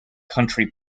country